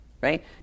right